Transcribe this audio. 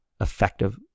effective